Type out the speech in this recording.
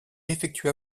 effectua